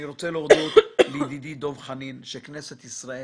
אני רוצה להודות לידידי דב חנין שכנסת ישראל